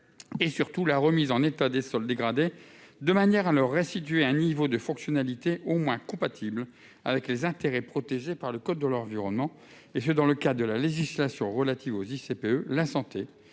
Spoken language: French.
et, surtout, la remise en état des sols dégradés, de manière à restituer à ces derniers un niveau de fonctionnalité au moins compatible avec les intérêts protégés par le code de l'environnement dans le cadre de la législation relative aux ICPE : la santé,